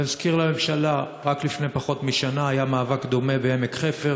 להזכיר לממשלה: רק לפני פחות משנה היה מאבק דומה בעמק-חפר,